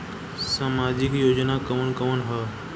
सामाजिक योजना कवन कवन ह?